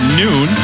noon